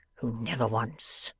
who never once,